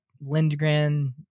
Lindgren